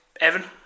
Evan